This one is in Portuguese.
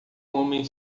homem